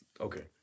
Okay